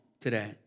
today